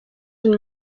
une